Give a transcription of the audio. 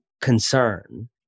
concern